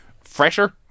fresher